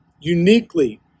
uniquely